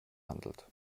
handelt